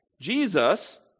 Jesus